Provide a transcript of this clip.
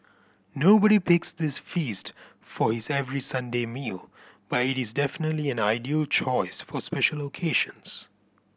nobody picks this feast for his every Sunday meal but it is definitely an ideal choice for special occasions